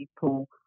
people